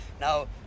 Now